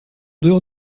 dehors